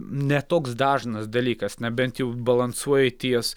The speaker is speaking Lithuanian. ne toks dažnas dalykas nebent jau balansuoji ties